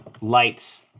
lights